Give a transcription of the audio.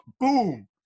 Boom